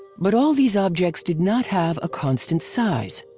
but all these objects did not have a constant size.